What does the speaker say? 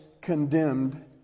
condemned